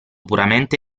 puramente